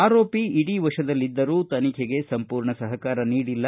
ಆರೋಪಿ ಇಡಿ ವಶದಲ್ಲಿದ್ದರೂ ತನಿಖೆಗೆ ಸಂಪೂರ್ಣ ಸಹಕಾರ ನೀಡಿಲ್ಲ